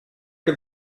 can